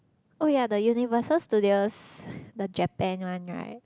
oh ya the Universal-Studios the Japan one right